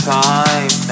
time